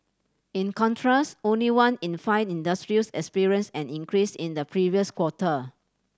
in contrast only one in five industries experienced an increase in the previous quarter